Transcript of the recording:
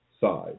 side